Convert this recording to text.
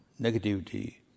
negativity